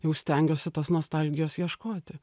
jau stengiuosi tos nostalgijos ieškoti